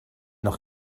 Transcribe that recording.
noch